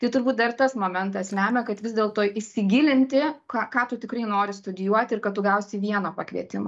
tai turbūt dar tas momentas lemia kad vis dėlto įsigilinti ką ką tu tikrai nori studijuoti ir kad tu gausi vieną pakvietimą